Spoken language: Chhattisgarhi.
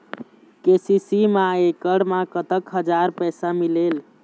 के.सी.सी मा एकड़ मा कतक हजार पैसा मिलेल?